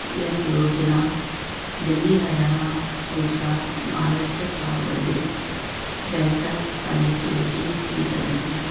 इहा योजना दिल्ली हरियाणा गुजरात महाराष्ट्र सां गॾु बहितर कनैक्टिविटी थी सघंदी